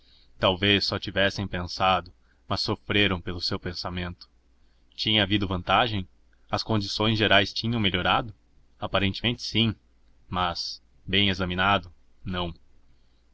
talvez só tivessem pensado mas sofreram pelo seu pensamento tinha havido vantagem as condições gerais tinham melhorado aparentemente sim mas bem examinado não